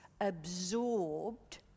absorbed